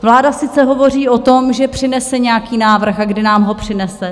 Vláda sice hovoří o tom, že přinese nějaký návrh, ale kdy nám ho přinese?